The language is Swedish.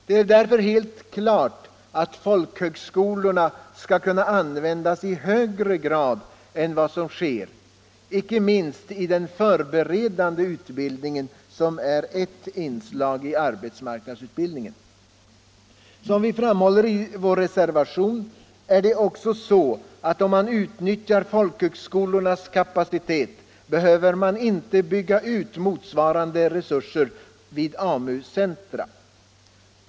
Det är därför helt klart att folkhögskolorna skall kunna användas i högre grad än vad som sker, icke minst i den förberedande utbildningen som är ett inslag i arbetsmarknadsutbildningen. Som vi framhåller i reservationen är det också så att om man utnyttjar folkhögskolornas kapacitet behöver man inte bygga ut motsvarande resurser vid AMU-centra.